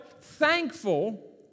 thankful